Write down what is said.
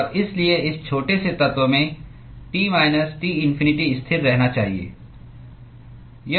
और इसलिए इस छोटे से तत्व में T माइनस T इन्फिनिटी स्थिर रहना चाहिए